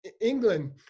England